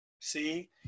see